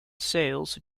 sales